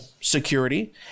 security